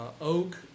oak